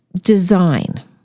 design